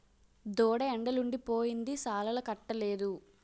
దూడ ఎండలుండి పోయింది సాలాలకట్టలేదు